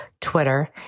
Twitter